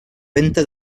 venta